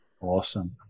Awesome